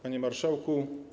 Panie Marszałku!